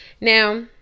Now